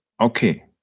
okay